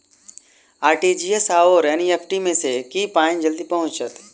RTGS आओर NEFT मे केँ मे पानि जल्दी पहुँचत